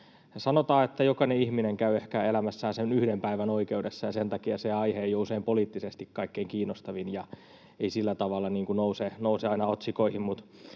Sanotaan, että jokainen ihminen käy elämässään ehkä yhden päivän oikeudessa, ja sen takia se aihe ei ole usein poliittisesti kaikkein kiinnostavin ja ei sillä tavalla nouse aina otsikoihin,